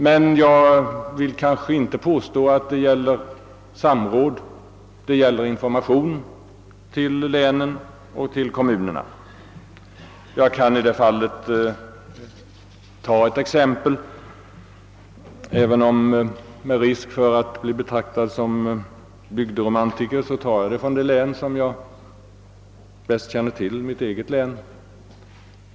Men jag vill inte påstå att det gäller samråd, utan det gäller information till länen och kommunerna. Jag kan i det fallet ta ett exempel. Även med risk för att bli betraktad som bygderomantiker tar jag det från det län som jag bäst känner till, mitt eget län.